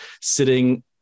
sitting